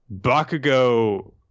bakugo